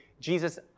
Jesus